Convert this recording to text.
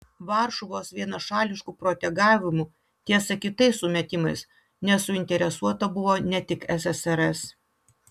varšuvos vienašališku protegavimu tiesa kitais sumetimais nesuinteresuota buvo ne tik ssrs